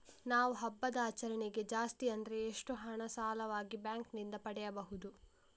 ನಾವು ಹಬ್ಬದ ಆಚರಣೆಗೆ ಜಾಸ್ತಿ ಅಂದ್ರೆ ಎಷ್ಟು ಹಣ ಸಾಲವಾಗಿ ಬ್ಯಾಂಕ್ ನಿಂದ ಪಡೆಯಬಹುದು?